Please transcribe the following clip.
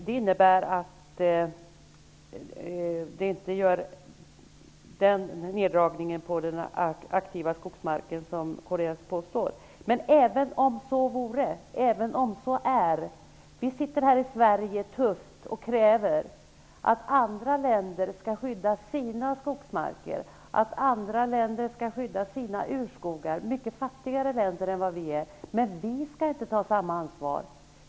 Det innebär att neddragningen av den produktiva skogsmarken inte blir så stor som kds påstår. Men även om så vore: Vi sitter här i Sverige och kräver tufft att andra, mycket fattigare länder skall skydda sina skogsmarker och sina urskogar, medan vi inte tar samma ansvar.